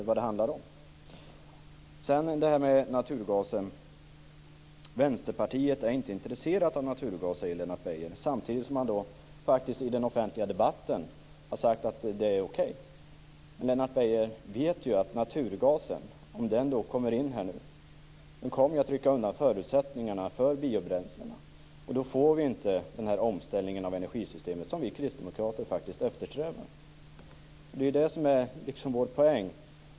När det gäller naturgasen säger Lennart Beijer att Vänsterpartiet inte är intresserat av naturgas, samtidigt som han i den offentliga debatten har sagt att det är okej. Men Lennart Beijer vet ju att naturgasen, om den kommer in här, rycker undan förutsättningarna för biobränslena. Då får man inte den omställning av energisystemet som vi kristdemokrater eftersträvar. Det är det som är vår poäng.